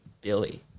Billy